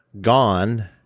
Gone